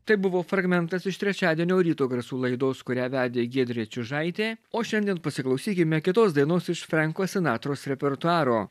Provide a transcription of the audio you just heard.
tai buvo fragmentas iš trečiadienio ryto garsų laidos kurią vedė giedrė čiužaitė o šiandien pasiklausykime kitos dainos iš frenko sinatros repertuaro